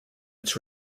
its